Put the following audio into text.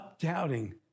doubting